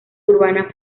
urbana